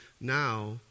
now